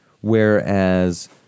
Whereas